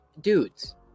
dudes